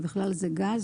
ובכלל זה גז,